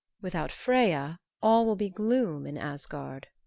without freya all will be gloom in asgard.